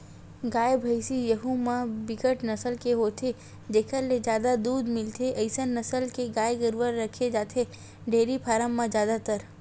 गाय, भइसी यहूँ म बिकट नसल के होथे जेखर ले जादा दूद मिलथे अइसन नसल के गाय गरुवा रखे जाथे डेयरी फारम म जादातर